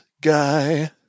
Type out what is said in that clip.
guy